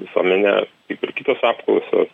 visuomenė kaip ir kitos apklausos